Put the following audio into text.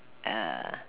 err